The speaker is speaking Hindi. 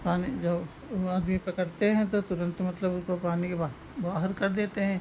पानी जो वह आदमी पकड़ते हैं तो तुरंत मतलब उसको पानी के बाहर कर देते हैं